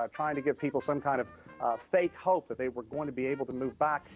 um trying to give people some kind of fake hope that they were going to be able to move back.